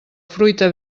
fruita